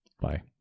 Bye